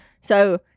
So-